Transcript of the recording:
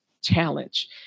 challenge